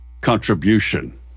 contribution